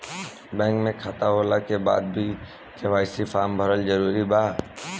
Bank में खाता होला के बाद भी के.वाइ.सी फार्म भरल जरूरी बा का?